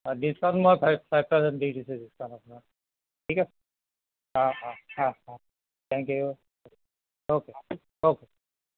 অ' discount মই ফাই five percent দি দিছো ডিছকাউণ্টত মই ঠিক আছে অ' অ' অ' অ' থেংক ইউ অ'কে অ'কে